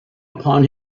upon